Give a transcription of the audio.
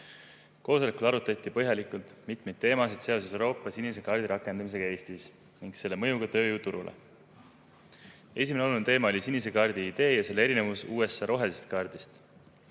Koosolekul arutati põhjalikult mitmeid teemasid seoses Euroopa sinise kaardi rakendamisega Eestis ning selle mõjuga tööjõuturule. Esimene oluline teema oli sinise kaardi idee ja selle erinevus USA rohelisest kaardist.